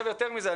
יותר מזה.